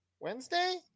wednesday